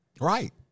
right